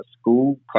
school